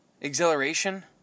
exhilaration